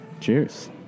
cheers